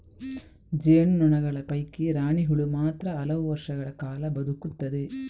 ಜೇನು ನೊಣಗಳ ಪೈಕಿ ರಾಣಿ ಹುಳು ಮಾತ್ರ ಹಲವು ವರ್ಷಗಳ ಕಾಲ ಬದುಕುತ್ತದೆ